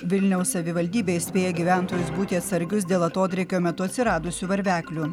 vilniaus savivaldybė įspėja gyventojus būti atsargius dėl atodrėkio metu atsiradusių varveklių